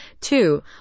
Two